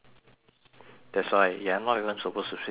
that's why you're not even supposed to speak gibberish